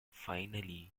finally